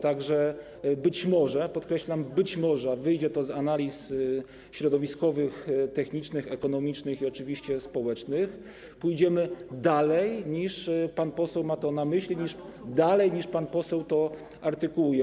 Tak że być może, podkreślam: być może - a wyjdzie to z analiz środowiskowych, technicznych, ekonomicznych i oczywiście społecznych - pójdziemy dalej, niż pan poseł ma na myśli, dalej niż pan poseł to artykułuje.